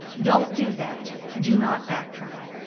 don't do that, do not backtrack.